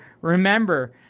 remember